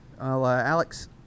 alex